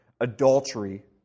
adultery